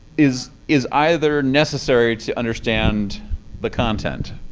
is is either necessary to understand the content?